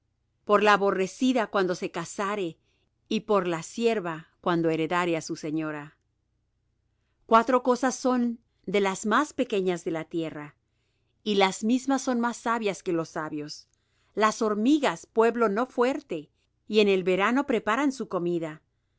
por la aborrecida cuando se casare y por la sierva cuando heredare á su señora cuatro cosas son de las más pequeñas de la tierra y las mismas son más sabias que los sabios las hormigas pueblo no fuerte y en el verano preparan su comida